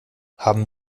haben